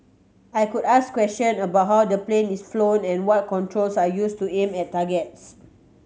I could ask question about how the plane is flown and what controls are used to aim at targets